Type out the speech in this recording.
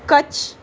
Kutch